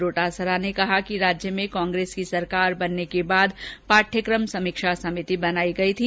डोटासरा ने कहा कि राज्य में कांग्रेस की सरकार बनने के बाद पाठ्यकम समीक्षा समिति बनाई गयी थी